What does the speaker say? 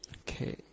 Okay